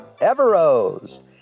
Everose